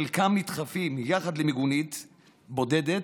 חלקם נדחפים יחד למיגונית בודדת,